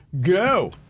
Go